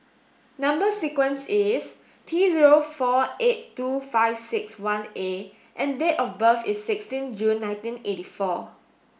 number sequence is T zero four eight two five six one A and date of birth is sixteen June nineteen eighty four